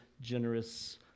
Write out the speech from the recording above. generous